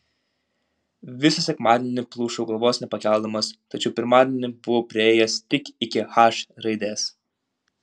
visą sekmadienį plušau galvos nepakeldamas tačiau pirmadienį buvau priėjęs tik iki h raidės